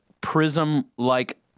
prism-like